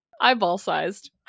Eyeball-sized